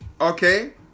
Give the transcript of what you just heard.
Okay